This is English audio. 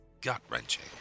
gut-wrenching